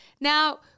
Now